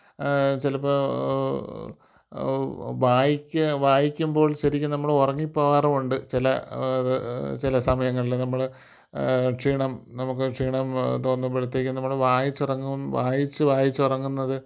ചിലപ്പോൾ വായിക്കുക വായിക്കുമ്പോൾ ശരിക്കും നമ്മൾ ഉറങ്ങിപ്പോവാറുമുണ്ട് ചില ചില സമയങ്ങളിൽ നമ്മൾ ക്ഷീണം നമുക്ക് ക്ഷീണം തോന്നുമ്പോഴത്തേക്ക് നമ്മൾ വായിച്ചുറങ്ങും വായിച്ച് വായിച്ചുറങ്ങുന്നത്